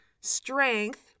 strength